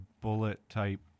bullet-type